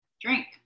drink